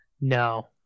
No